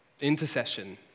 intercession